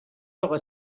اقا